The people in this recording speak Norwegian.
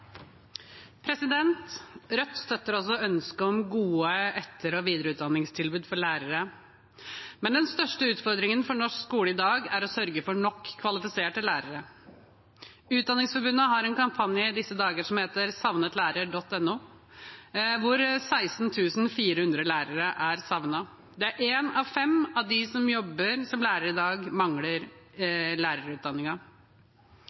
Rødt støtter også ønsket om gode etter- og videreutdanningstilbud for lærere. Men den største utfordringen for norsk skole i dag er å sørge for nok kvalifiserte lærere. Utdanningsforbundet har en kampanje i disse dager som heter savnetlærer.no, hvor man uttrykker at 16 400 lærere er savnet. Samtidig mangler én av fem av dem som jobber som lærere i dag,